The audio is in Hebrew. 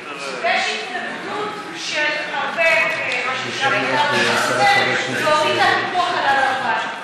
יש התנגדות של הרבה, להוריד את הפיקוח על הלבן.